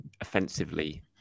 offensively